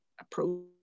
approach